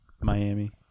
Miami